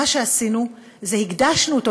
מה שעשינו הוא להקדיש אותו,